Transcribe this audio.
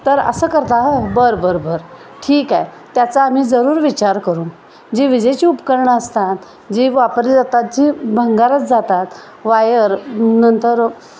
तर असं करता ह बरं बरं बर ठीक आहे त्याचा आम्ही जरूर विचार करू जी विजेची उपकरणं असतात जी वापरली जातात जी भंगारच जातात वायर नंतर